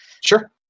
Sure